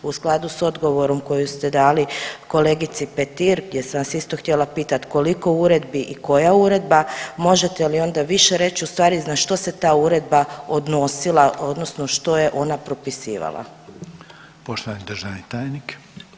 U skladu s odgovorom koji ste dali kolegici Petri gdje sam vas isto htjela pitati koliko uredbi i koja uredbe, možete li onda više reći u stvari na što se ta uredba odnosila odnosno što je ona propisivala.